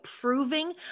proving